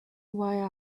while